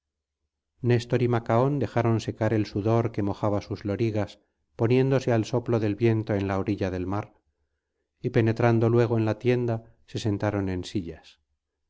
néstor y macaón dejaron secar el sudor que mojaba sus lorigas poniéndose al soplo del viento en la orilla del mar y penetrando luego en la tienda se sentaron en sillas